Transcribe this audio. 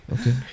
Okay